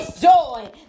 joy